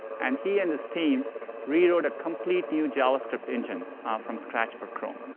and he and his team rewrote a complete new javascript engine from scratch for chrome.